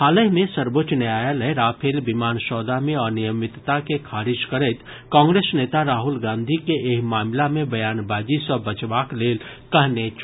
हालहि मे सर्वोच्च न्यायालय राफेल विमान सौदा मे अनियमितता के खारिज करैत कांग्रेस नेता राहुल गांधी के एहि मामिला मे बयानबाजी सँ बचबाक लेल कहने छल